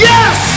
Yes